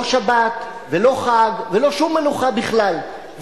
לא שבת ולא חג ולא שום מנוחה בכלל,